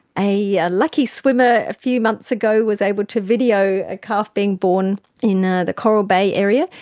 a a lucky swimmer a few months ago was able to video a calf being born in ah the coral bay area,